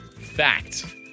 Fact